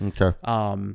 Okay